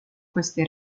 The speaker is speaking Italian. queste